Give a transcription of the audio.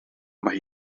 mae